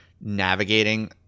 navigating